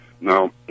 Now